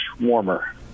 warmer